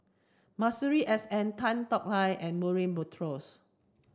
Masuri S N Tan Tong Hye and Murray Buttrose